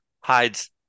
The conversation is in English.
hides